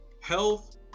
Health